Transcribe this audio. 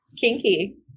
Kinky